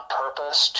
purpose